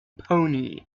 pony